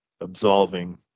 absolving